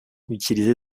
utilisées